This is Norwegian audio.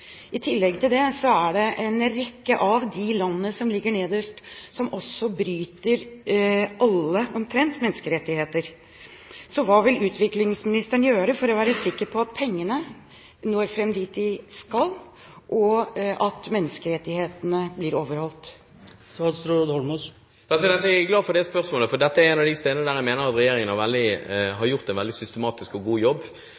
I tillegg til dette bryter en rekke av de landene som ligger nederst på listen, omtrent alle menneskerettigheter. Så hva vil utviklingsministeren gjøre for å være sikker på at pengene når fram dit de skal, og at menneskerettighetene blir overholdt? Jeg er glad for det spørsmålet, for dette er et av de områdene der jeg mener regjeringen har gjort en veldig systematisk og god jobb.